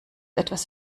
etwas